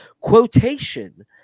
quotation